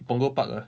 punggol park ah